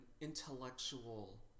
intellectual